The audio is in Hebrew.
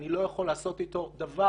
אני לא יכול לעשות איתו דבר.